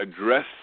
address